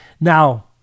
Now